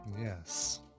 Yes